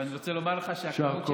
ואני רוצה לומר לך, יישר כוח.